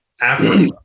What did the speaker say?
Africa